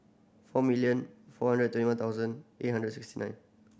four million four hundred twenty one thousand eight hundred sixty nine